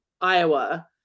Iowa